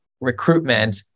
recruitment